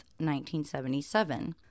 1977